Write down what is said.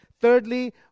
Thirdly